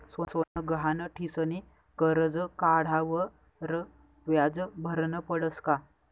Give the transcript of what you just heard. सोनं गहाण ठीसनी करजं काढावर व्याज भरनं पडस का?